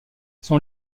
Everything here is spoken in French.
son